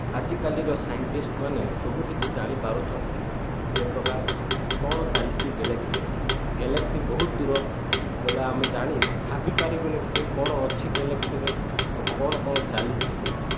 ଆଜିକାଲିର ସାଇଣ୍ଟିଷ୍ଟ୍ମାନେ ସବୁ କିଛି ଜାଣିପାରୁଛନ୍ତି ଯେ ପ୍ରକାର କ'ଣ ଚାଲିଛି ଗ୍ୟାଲେକ୍ସିରେ ଗ୍ୟାଲେକ୍ସି ବହୁତ ଦୂର ବୋଲେ ଆମେ ଜାଣି ଭାବିପାରିବୁନି କି ଯେ କ'ଣ ଅଛି ଗ୍ୟାଲେକ୍ସିରେ ଆଉ କ'ଣ କ'ଣ ଚାଲିଛି ସେଇଠି